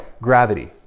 gravity